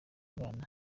bana